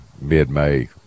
mid-May